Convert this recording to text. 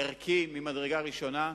ערכי, ממדרגה ראשונה,